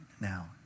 now